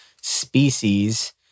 species